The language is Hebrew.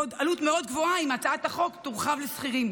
ועוד עלות מאוד גבוהה אם הצעת החוק תורחב לשכירים.